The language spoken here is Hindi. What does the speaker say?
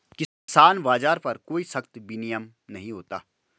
किसान बाज़ार पर कोई सख्त विनियम नहीं होता